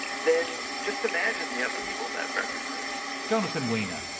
then just imagine the upheaval that represents. jonathan weiner.